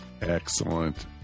excellent